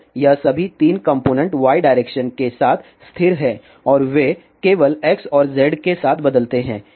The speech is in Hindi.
Student और ये सभी 3 कॉम्पोनेन्ट y डायरेक्शन के साथ स्थिर हैं और वे केवल x और z के साथ बदलते हैं